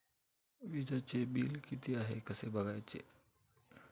वीजचे बिल किती आहे कसे बघायचे?